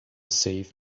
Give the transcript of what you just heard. save